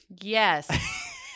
Yes